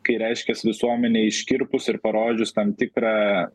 kai reiškias visuomenei iškirptus ir parodžius tam tikrą